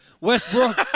Westbrook